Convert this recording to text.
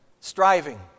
Striving